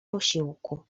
posiłku